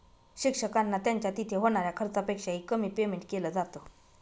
शिक्षकांना त्यांच्या तिथे होणाऱ्या खर्चापेक्षा ही, कमी पेमेंट केलं जात